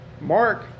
Mark